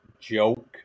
Joke